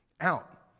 Out